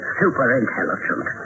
super-intelligent